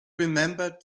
remembered